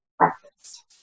breakfast